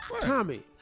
Tommy